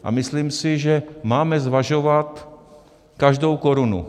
A myslím si, že máme zvažovat každou korunu.